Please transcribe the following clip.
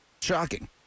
Shocking